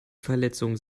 verletzungen